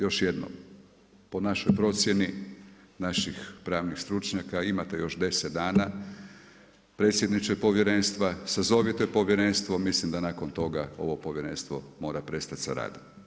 Još jednom, po našoj procjeni, naših pravnih stručnjaka, imate još 10 dana predsjedniče povjerenstva, sazovite Povjerenstvo, mislim da nakon toga ovo Povjerenstvo mora prestati sa radom.